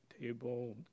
table